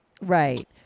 Right